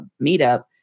meetup